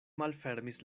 malfermis